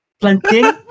Planting